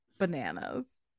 bananas